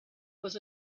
was